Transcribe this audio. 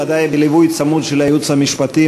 ודאי בליווי צמוד של הייעוץ המשפטי,